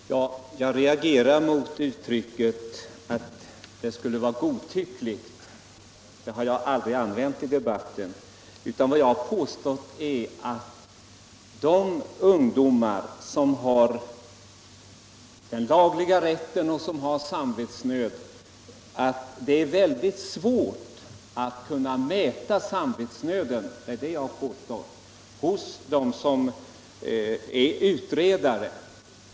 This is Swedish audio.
Herr talman! Jag reagerar mot uttrycket ”godtyckligt”. Det har jag aldrig använt i debatten, utan vad jag påstått är att det är väldigt svårt för dem som är utredare att mäta samvetsnöden hos de ungdomar som med den lagliga rätten anger detta som skäl för sin vägran.